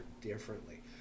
differently